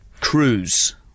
Cruise